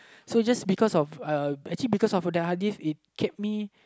so just because of uh actually because of the hadith it kept me